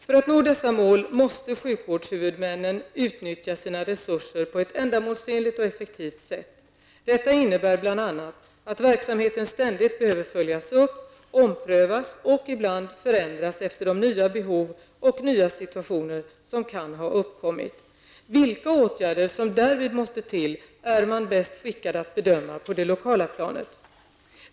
För att nå dessa mål måste sjukvårdshuvudmännen utnyttja sina resurser på ett ändamålsenligt och effektivt sätt. Detta innebär bl.a. att verksamheten ständigt behöver följas upp, omprövas och ibland förändras efter de nya behov och nya situationer som kan ha uppkommit. Vilka åtgärder som därvid måste till är man bäst skickad att bedöma på det lokala planet.